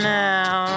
now